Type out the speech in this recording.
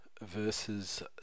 versus